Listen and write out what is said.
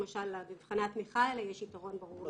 למשל למבחני התמיכה האלה יש יתרון ברור לאוכלוסייה הערבית.